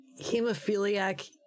hemophiliac